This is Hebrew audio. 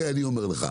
ואני אומר לך,